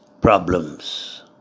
problems